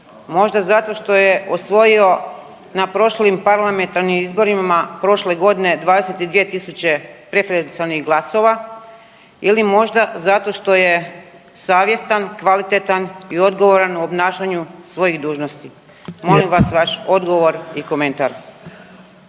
možda zato što je osvojio na prošlim parlamentarnim izborima prošle godine 22.000 preferencionalnih glasova ili možda zato što je savjestan, kvalitetan i odgovoran u obnašanju svojih dužnosti, molim vas vaš odgovor i komentar.